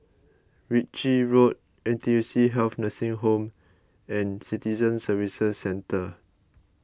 Ritchie Road N T U C Health Nursing Home and Citizen Services Centre